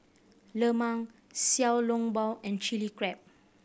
lemang Xiao Long Bao and Chilli Crab